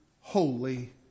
holy